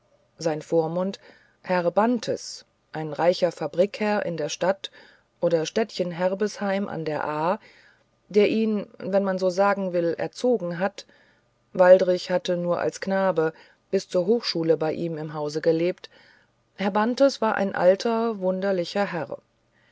sein vormund herr bantes ein reicher fabrikherr in der stadt oder städtchen herbesheim an der aa der ihn wenn man so sagen will erzogen hatte waldrich hatte nur als knabe bis zur hochschule bei ihm im hause gelebt herr bantes war ein alter wunderlicher herr